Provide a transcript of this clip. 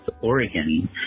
Oregon